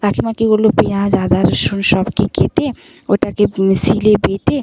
কাকিমা কী করল পেঁয়াজ আদা রসুন সবকে কেটে ওটাকে শিলে বেটে